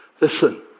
Listen